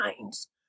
minds